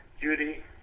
Judy